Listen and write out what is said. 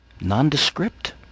nondescript